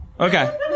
Okay